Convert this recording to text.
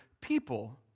people